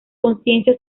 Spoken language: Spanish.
conciencia